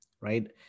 right